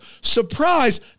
Surprise